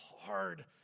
hard